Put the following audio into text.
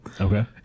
Okay